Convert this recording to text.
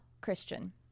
Christian